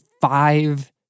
five